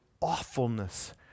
awfulness